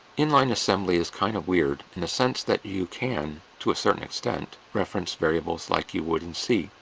inline assembly is kind of weird in the sense that you can, to a certain extent, reference variables like you would in c.